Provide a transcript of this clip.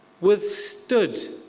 withstood